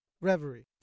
Reverie